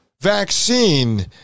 vaccine